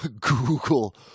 Google